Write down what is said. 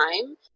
time